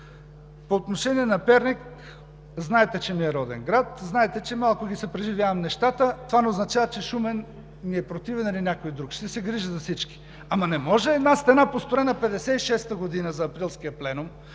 По отношение на Перник. Знаете, че ми е роден град. Знаете, че малко ги съпреживявам нещата. Това не означава, че Шумен ми е противен или някои друг – ще се грижа за всички. Ама не може една стена, построена 1956 г. за Априлския пленум,